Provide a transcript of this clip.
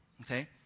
okay